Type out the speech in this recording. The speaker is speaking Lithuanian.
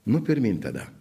nu pirmyn tada